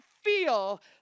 feel